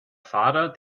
fahrer